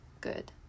good